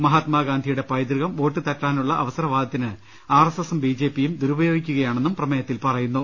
മഹാത്മാഗാന്ധിയുടെ പൈതൃകം വോട്ട് തട്ടാ നുള്ള അവസരവാദത്തിന് ആർ എസ് എസും ബി ജെ പിയും ദുരുപയോഗിക്കുക യാണെന്നും പ്രമേയത്തിൽ പറയുന്നു